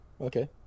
Okay